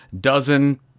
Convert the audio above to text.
dozen –